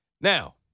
Now